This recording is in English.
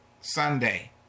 Sunday